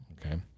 okay